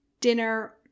dinner